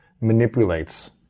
manipulates